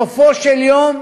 בסופו של יום,